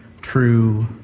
true